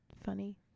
funny